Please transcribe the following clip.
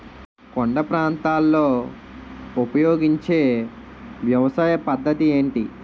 కొండ ప్రాంతాల్లో ఉపయోగించే వ్యవసాయ పద్ధతి ఏంటి?